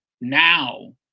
now